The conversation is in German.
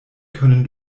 können